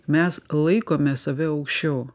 mes laikome save aukščiau